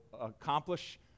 accomplish